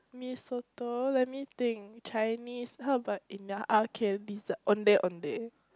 Mee-Soto let me think Chinese how about in the ah k ondeh-ondeh